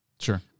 Sure